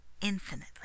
infinitely